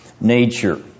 nature